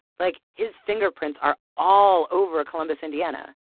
like, his fingerprints are all over columbus, indiana.